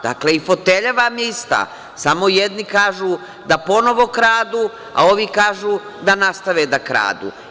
Dakle, i fotelja vam je ista, samo jedni kažu da ponovo kradu, a ovi kažu da nastave da kradu.